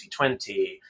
2020